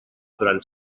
durant